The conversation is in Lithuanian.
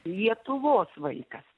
lietuvos vaikas